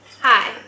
Hi